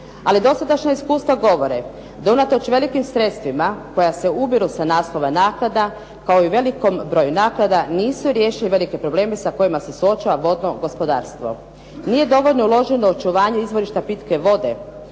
Ali dosadašnja iskustva govore da unatoč velikim sredstvima, koja se ubiru sa naslova naknada, kao i velikom broju naknada nisu riješili velike probleme sa kojima se suočava vodno gospodarstvo. Nije dovoljno uloženo u očuvanje izvorišta pitke vode,